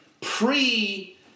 pre